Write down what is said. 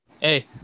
hey